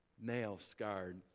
nail-scarred